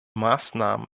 maßnahmen